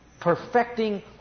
perfecting